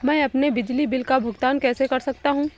मैं अपने बिजली बिल का भुगतान कैसे कर सकता हूँ?